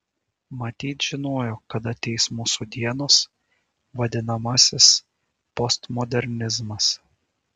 matyt žinojo kad ateis mūsų dienos vadinamasis postmodernizmas